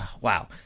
wow